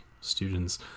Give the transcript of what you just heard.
students